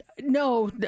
No